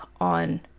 on